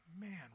man